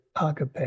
Agape